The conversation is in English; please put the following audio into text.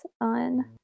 on